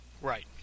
Right